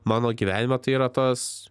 mano gyvenime tai yra tas